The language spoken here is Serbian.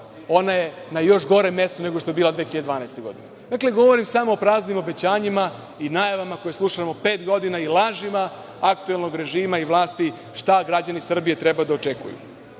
ona je na još gorem mestu nego što je bila 2012. godine. Dakle, govorim samo o praznim obećanjima i najavama koje slušamo pet godina i lažima aktuelnog režima i vlasti šta građani Srbije treba da očekuju. Ono